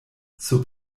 sub